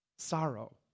sorrow